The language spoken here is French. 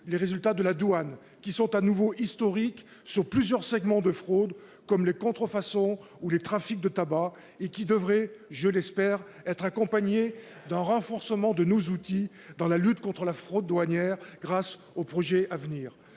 aux résultats de la douane, ils sont de nouveau historiques pour plusieurs segments de la fraude, comme les contrefaçons ou les trafics de tabacs. Ils devraient être accompagnés, je l'espère, d'un renforcement de nos outils dans la lutte contre la fraude douanière grâce au projet de